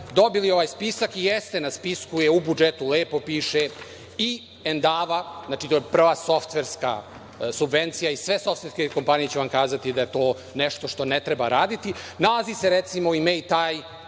dobili ovaj spisak i jeste na spisku u budžetu lepo piše i „Endava“, znači, to je prva softverska subvencija i sve softverske kompanije će vam kazati da je to nešto što ne treba raditi. Nalazi se recimo „Mejtaj“